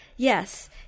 Yes